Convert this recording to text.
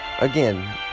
Again